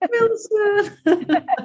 Wilson